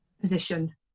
position